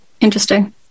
Interesting